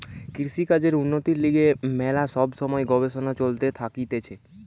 কৃষিকাজের উন্নতির লিগে ম্যালা সব সময় গবেষণা চলতে থাকতিছে